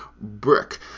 brick